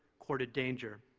courted danger.